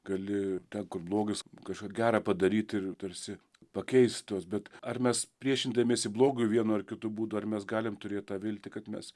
gali ten kur blogis kažką gera padaryti ir tarsi pakeist tuos bet ar mes priešindamiesi blogiui vienu ar kitu būdu ar mes galim turėt tą viltį kad mes